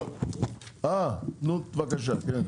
בבקשה כן.